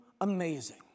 amazing